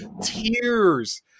Tears